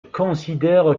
considère